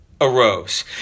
arose